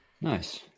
Nice